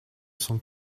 cent